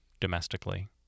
domestically